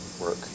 work